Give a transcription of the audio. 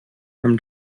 from